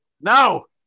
No